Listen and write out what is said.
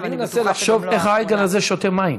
ואני בטוחה שגם לא האחרונה.